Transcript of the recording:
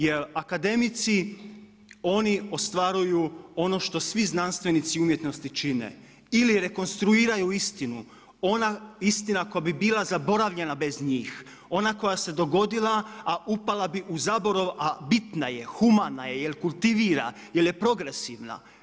Jer akademici, oni ostvaruju ono što svi znanstvenici umjetnosti čine ili rekonstruiraju istinu, ona istina koja bi bila zaboravljena bez njih, ona koja se dogodila a upala bi u zaborav, a bitna je, humana je, jer kultivira, jer je progresivna.